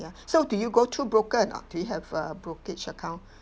ya so do you go through broker or not do you have a brokerage account